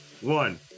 one